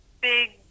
big